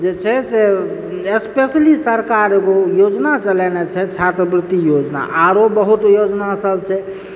जे छै से स्पेसली सरकार एगो योजना चलेनय छै छात्रवृति योजना आओरो बहुत योजनासभ छै